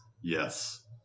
Yes